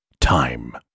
Time